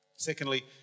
Secondly